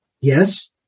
yes